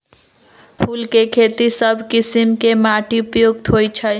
फूल के खेती सभ किशिम के माटी उपयुक्त होइ छइ